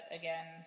again